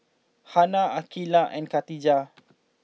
Hana Aqeelah and Katijah